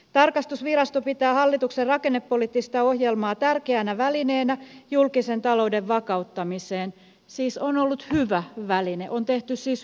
tarkastusvirasto pitää hallituksen rakennepoliittista ohjelmaa tärkeänä välineenä julkisen talouden vakauttamiseen siis on ollut hyvä väline on tehty hyvä päätös